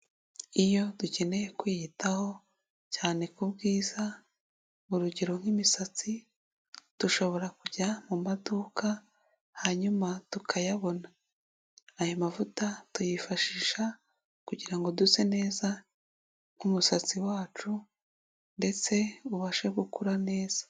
Iyo dukeneye kwiyitaho cyane ku bwiza urugero nk'imisatsi, dushobora kujya mu maduka hanyuma tukayabona. Aya mavuta tuyifashisha kugira ngo duse neza ku musatsi wacu ndetse ubashe gukura neza.